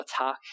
attack